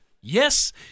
Yes